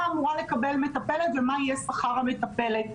אמורה לקבל מטפלת ומה יהיה שכר המטפלת,